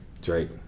Drake